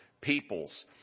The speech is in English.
peoples